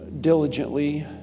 diligently